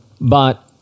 But-